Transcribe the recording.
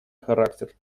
характер